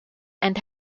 and